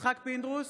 יצחק פינדרוס,